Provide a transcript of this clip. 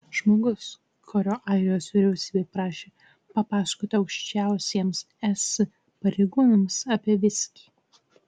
žmogus kurio airijos vyriausybė prašė papasakoti aukščiausiems es pareigūnams apie viskį